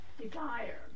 desire